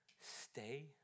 Stay